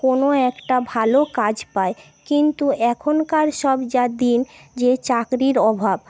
কোনো একটা ভালো কাজ পায় কিন্তু এখনকার সব যা দিন যে চাকরির অভাব